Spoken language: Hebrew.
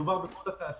מדובר בכל התעשייה.